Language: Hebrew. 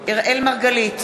אראל מרגלית,